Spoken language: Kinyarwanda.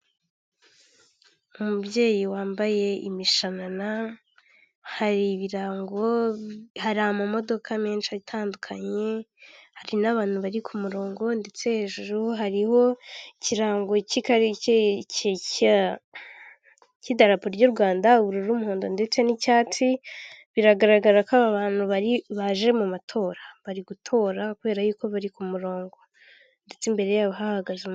Umubyeyi wambaye imishanana hari ibirango, hari amamodoka menshi atandukanye, hari n'abantu bari ku murongo ndetse hejuru hariho ikirango cy'idarapo ry'u Rwanda ubururu, umuhondo ndetse n'icyatsi biragaragara ko aba bantu baje mu matora, bari gutora kubera yuko bari ku murongo ndetse imbere yabo hahagaze